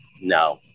No